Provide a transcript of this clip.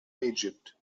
egypt